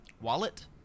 Wallet